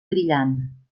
brillant